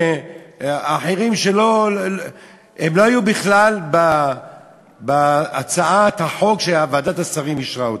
אחרים שלא היו בכלל בהצעת החוק שוועדת השרים אישרה.